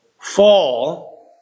fall